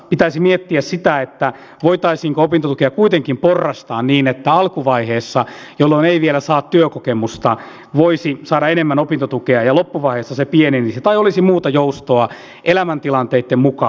pitäisi miettiä sitä voitaisiinko opintotukea kuitenkin porrastaa niin että alkuvaiheessa jolloin ei vielä saa työkokemusta voisi saada enemmän opintotukea ja loppuvaiheessa se pienenisi tai olisi muuta joustoa elämäntilanteitten mukaan